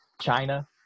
China